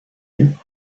you